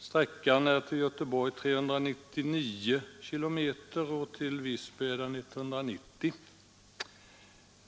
Sträckan till Göteborg är 399 km och till Visby 190 km.